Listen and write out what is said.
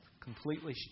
completely